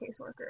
caseworker